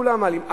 לכולם מעלים.